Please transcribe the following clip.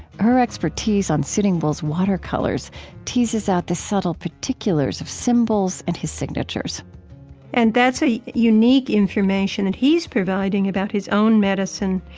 her expertise on sitting bull's watercolors teases out the subtle particulars of symbols and his signatures and that's a unique information that he's providing about his own medicine,